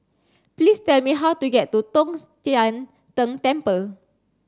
please tell me how to get to Tong Sian Tng Temple